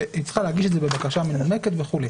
והיא צריכה להגיש את זה עם בקשה מנומקת וכולי.